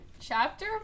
Chapter